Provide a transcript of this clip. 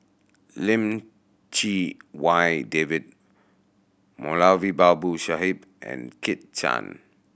Lim Chee Wai David Moulavi Babu Sahib and Kit Chan